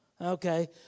okay